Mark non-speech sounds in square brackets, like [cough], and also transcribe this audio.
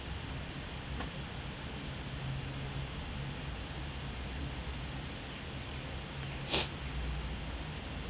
[noise]